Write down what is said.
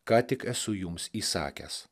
ką tik esu jums įsakęs